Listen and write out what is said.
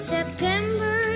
September